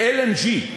ב-LNG,